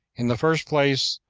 in the first place,